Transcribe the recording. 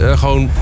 gewoon